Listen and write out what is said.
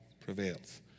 prevails